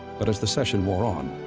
but as the session wore on,